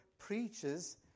preaches